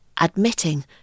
admitting